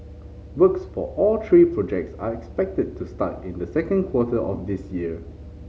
works for all three projects are expected to start in the second quarter of this year